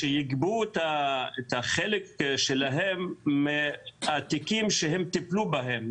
שיגבו את החלק שלהן מהתיקים שהן טיפלו בהם,